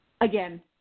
Again